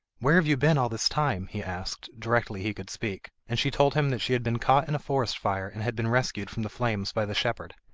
where have you been all this time he asked, directly he could speak, and she told him that she had been caught in a forest fire, and had been rescued from the flames by the shepherd.